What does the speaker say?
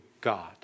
God